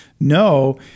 no